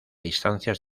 instancias